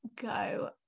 go